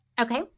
Okay